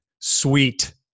Sweet